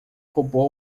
robô